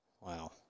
Wow